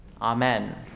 Amen